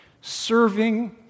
serving